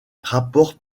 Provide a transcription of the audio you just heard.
rapports